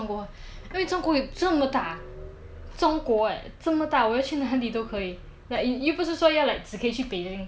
你只可以去中国你可以去杭州你可以去横店你可以去广州你可以去三亚